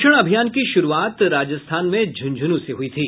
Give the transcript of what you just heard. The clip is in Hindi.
पोषण अभियान की शुरूआत राजस्थान में झुझंनू से हुई थी